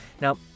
Now